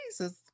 Jesus